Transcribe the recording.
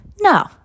No